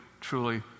truly